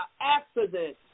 accident